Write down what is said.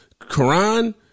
Quran